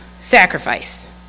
sacrifice